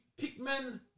Pikmin